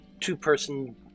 two-person